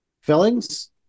fillings